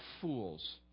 fools